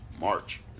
March